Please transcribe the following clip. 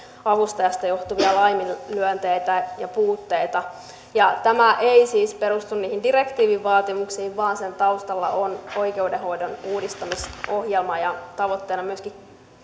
avustajasta johtuvia laiminlyöntejä ja puutteita tämä ei siis perustu niihin direktiivin vaatimuksiin vaan sen taustalla on oikeudenhoidon uudistamisohjelma ja tavoitteena myöskin